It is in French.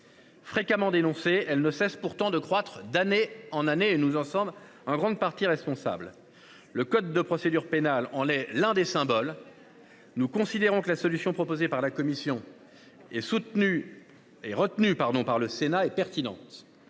Fréquemment dénoncée, elle ne cesse pourtant de croître d'année en année et nous en sommes en grande partie responsables. Le code de procédure pénale est l'un des symboles de cette inflation normative. La solution proposée par la commission et retenue par le Sénat est pertinente,